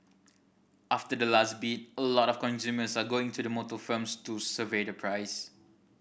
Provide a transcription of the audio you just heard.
after the last bid a lot of consumers are going to the motor firms to survey the price